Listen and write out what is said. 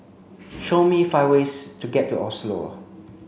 show me five ways to get to Oslo